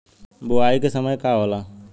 बुआई के सही समय का होला?